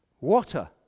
water